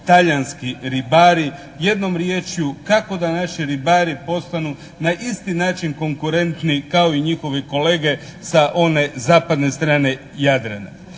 talijanski ribari. Jednom riječju kako da naši ribari postanu na isti način konkurentni kao i njihovi kolege sa one zapadne strane Jadrana.